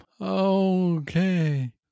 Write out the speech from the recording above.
Okay